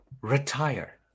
retire